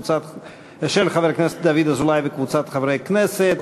של חבר הכנסת דוד אזולאי וקבוצת חברי הכנסת,